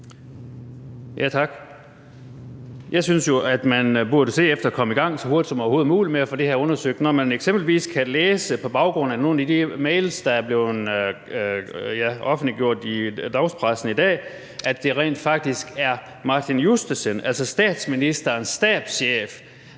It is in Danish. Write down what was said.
Jeg synes jo, at man burde se at komme i gang så hurtigt som overhovedet muligt med at få det her undersøgt. Når man eksempelvis kan læse på baggrund af nogle af de mails, der er blevet offentliggjort i dagspressen i dag, at det rent faktisk er Martin Justesen, altså statsministerens stabschef,